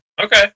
Okay